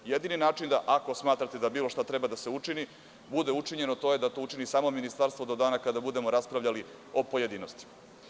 Jedini način, ako smatrate da bilo šta treba da se učini, bude učinjeno, to je da to učini samo ministarstvo do dana kada budemo raspravljali o pojedinostima.